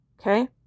Okay